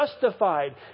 justified